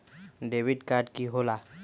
Debit card की होला?